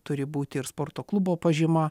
turi būti ir sporto klubo pažyma